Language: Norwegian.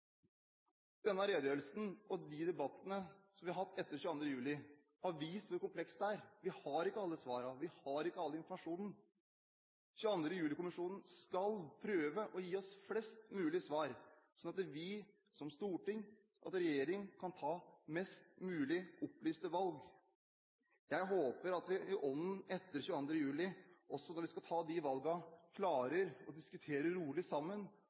Denne redegjørelsen og de debattene som vi har hatt etter 22. juli, har vist hvor komplekst det er – vi har ikke alle svarene, vi har ikke all informasjonen. 22. juli-kommisjonen skal prøve å gi oss flest mulig svar, slik at vi som storting, og regjeringen, kan ta mest mulig opplyste valg. Jeg håper at vi i ånden etter 22. juli, også når vi skal ta de valgene, klarer å diskutere rolig sammen